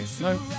No